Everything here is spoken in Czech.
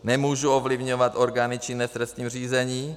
Nemůžu ovlivňovat orgány činné v trestním řízení.